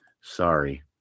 Sorry